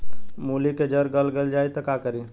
मूली के जर गल जाए त का करी?